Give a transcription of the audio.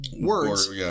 words